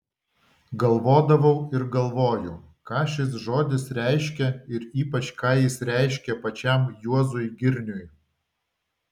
galvodavau ir galvoju ką šis žodis reiškia ir ypač ką jis reiškė pačiam juozui girniui